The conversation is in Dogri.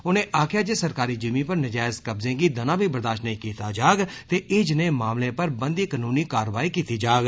उनें आक्खेआ जे सरकारी जिमीं पर नजैज कब्जे गी दना बी बर्दाप्त नेई कीता जाग ते इयै जनेह मामलें पर बनदी कनूनी कारवाई कीती जाग